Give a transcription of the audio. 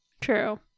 True